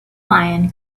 lion